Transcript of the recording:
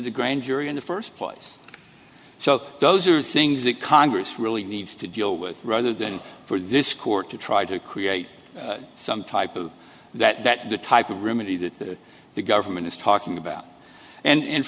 the grand jury in the first place so those are things that congress really needs to deal with rather than for this court to try to create some type of that the type of rumi that the government is talking about and